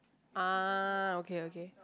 uh okay okay